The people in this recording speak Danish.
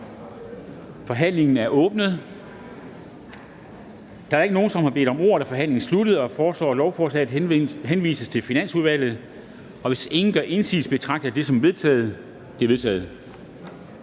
Forhandlingen er åbnet. Da der ikke er nogen, som har bedt om ordet, er forhandlingen sluttet. Jeg foreslår, at lovforslaget henvises til Finansudvalget, og hvis ingen gør indsigelse, betragter jeg dette som vedtaget. Det er vedtaget.